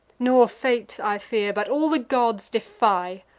nor fate i fear, but all the gods defy.